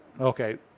okay